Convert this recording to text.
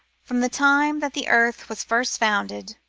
from the time that the earth was first founded.